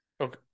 Okay